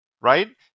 right